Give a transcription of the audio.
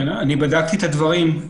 בדקתי את הדברים,